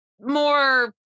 more